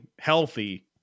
healthy